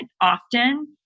often